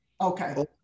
okay